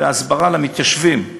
להסברה למתיישבים בביר-הדאג',